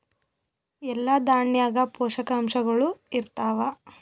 ಎಲ್ಲಾ ದಾಣ್ಯಾಗ ಪೋಷಕಾಂಶಗಳು ಇರತ್ತಾವ?